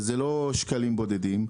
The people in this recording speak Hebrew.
וזה לא שקלים בודדים.